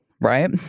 right